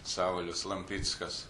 saulius lampickas